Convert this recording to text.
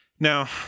Now